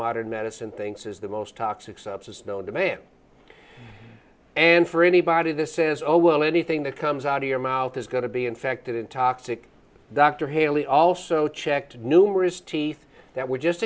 modern medicine thinks is the most toxic substance known to man and for anybody that says oh well anything that comes out of your mouth is going to be infected and toxic dr haley also checked numerous teeth that were just